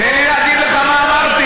תן לי להגיד לך מה אמרתי.